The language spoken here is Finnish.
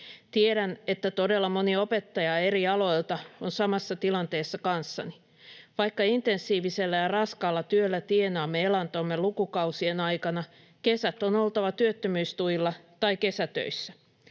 Tiedän, että todella moni opettaja eri aloilta on samassa tilanteessa kanssani. Vaikka intensiivisellä ja raskaalla työllä tienaamme elantomme lukukausien aikana, kesät on oltava työttömyystuilla tai kesätöissä.